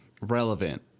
relevant